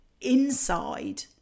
inside